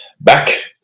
back